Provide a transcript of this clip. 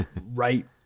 right